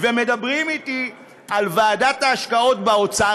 ומדברים אתי על ועדת ההשקעות באוצר,